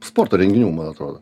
sporto renginių man atrodo